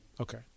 Okay